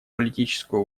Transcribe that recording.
политическую